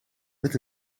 met